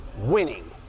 winning